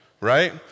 right